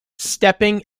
stepping